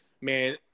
man